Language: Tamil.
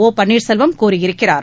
ஒபன்னீர்செல்வம் கூறியிருக்கிறார்